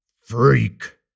FREAK